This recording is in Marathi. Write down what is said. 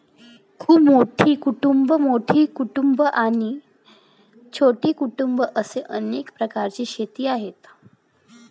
खूप मोठी कुटुंबं, मोठी कुटुंबं आणि छोटी कुटुंबं असे अनेक प्रकारची शेती आहे